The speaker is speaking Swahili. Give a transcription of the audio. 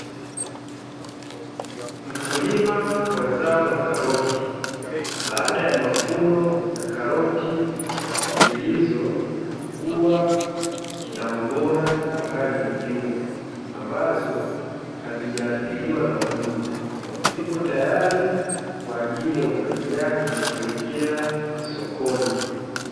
Mkulima wa zao la karoti, baada ya mavuno ya karoti zilizokua na ubora wa hali ya juu, ambazo hazijaathiriwa na wadudu zipo tayari kwa ajili ya upakiaji kuelekea sokoni.